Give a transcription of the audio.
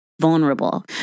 vulnerable